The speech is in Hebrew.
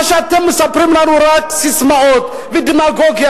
מה שאתם מספרים לנו זה רק ססמאות ודמגוגיה.